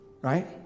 right